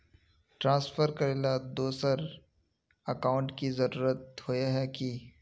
Transfer करेला दोसर account की जरुरत होय है की?